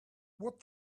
what